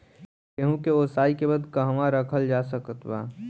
गेहूँ के ओसाई के बाद कहवा रखल जा सकत बा?